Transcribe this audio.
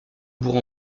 bourg